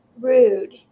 rude